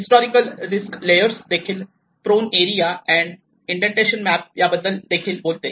historical risk layers देखील prone area and inundation map याबद्दल देखील बोलते